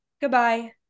goodbye